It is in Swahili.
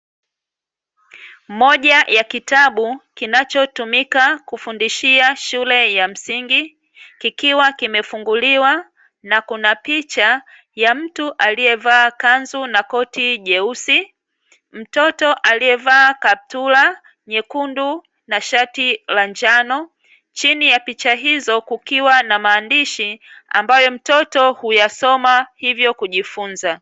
Moja ya kitabu kinachotumika kufundishia shule ya msingi kikiwa kimefunguliwa, kuna picha ya mtu alievaa kanzu na koti jeusi, mtoto alieva kaputura nyekundu na shati la njano, na chini ya picha hizo kukiwa na maandishi ambayo mtoto huyasoma hivyo kujifunza.